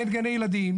אין גני ילדים,